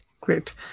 Great